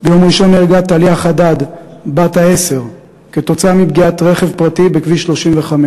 ביום ראשון נהרגה טליה חדד בת העשר כתוצאה מפגיעת רכב פרטי בכביש 35,